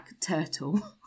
turtle